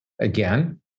Again